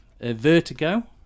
Vertigo